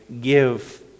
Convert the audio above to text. give